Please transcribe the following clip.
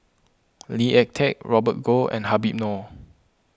Lee Ek Tieng Robert Goh and Habib Noh